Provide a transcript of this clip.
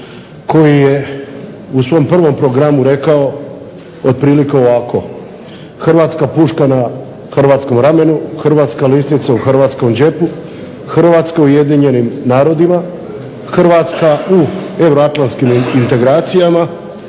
koji je u svom prvom programu rekao otprilike ovako: "Hrvatska puška na hrvatskom ramenu, Hrvatska lisnica u hrvatskom džepu, Hrvatska u Ujedinjenim narodima, Hrvatska u Euroatlantskim integracijama,